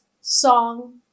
song